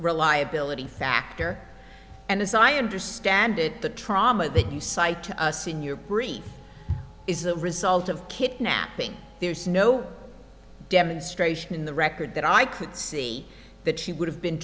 reliability factor and as i understand it the trauma that you cite to us in your brief is the result of kidnapping there's no demonstration in the record that i could see that she would have been